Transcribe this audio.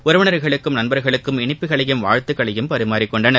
உறவினர்களுக்கும் நண்பர்களுக்கும் இனிப்புகளையும் வாழ்த்துக்களையும் பரிமாறிக் கொண்டனர்